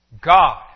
God